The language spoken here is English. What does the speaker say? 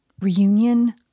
reunion